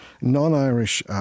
Non-Irish